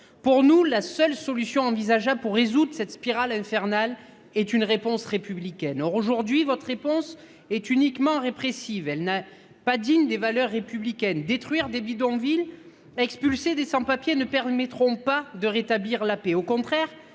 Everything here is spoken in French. pour nous la seule solution envisageable pour résoudre cette spirale infernale est une réponse républicaine. Or, aujourd'hui, votre réponse est uniquement répressive, elle n'a pas digne des valeurs républicaines, détruire des bidonvilles. Expulser des sans-papiers ne permettront pas de rétablir la paix